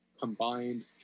combined